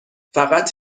فقط